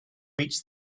reached